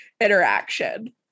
interaction